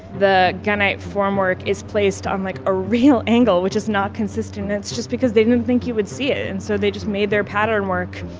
the gunite formwork is placed on like a real angle, which is not consistent, and it's just because they didn't think you would see it and so they just made their pattern work,